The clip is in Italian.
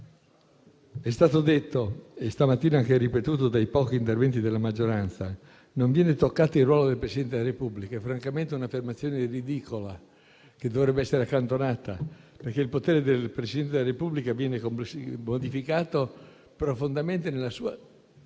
È stato detto - e stamattina anche ripetuto dai pochi interventi della maggioranza - che non viene toccato il ruolo del Presidente della Repubblica. Questa è francamente un'affermazione ridicola che dovrebbe essere accantonata, perché il potere del Presidente della Repubblica viene modificato profondamente nella sua